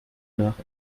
nach